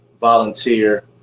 volunteer